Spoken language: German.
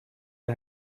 der